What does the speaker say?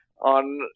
on